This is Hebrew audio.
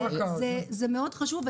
זה מאוד חשוב.